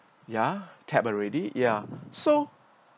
ya tap already ya so